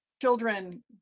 children